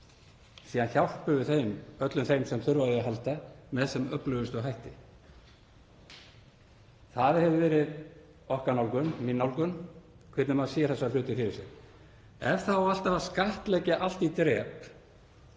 Síðan hjálpum við öllum þeim sem þurfa á að halda með sem öflugustum hætti. Það hefur verið okkar nálgun, mín nálgun, hvernig maður sér þessa hluti fyrir sér. Ef það á alltaf að skattleggja allt í drep